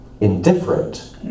indifferent